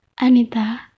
Anita